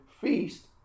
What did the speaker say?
feast